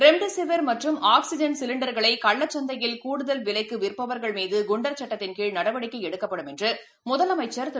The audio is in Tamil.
ரெம்டெசிவர் மற்றும் ஆக்சிஐன் சிலிண்டர்களைகள்ளச்சந்தையில் கூடுதல் விலைக்குவிற்பவர்கள் மீதுகுண்டர் சட்டத்தின்கீழ் நடவடிக்கைஎடுக்கப்படும் என்றுமுதலமைச்சர் திரு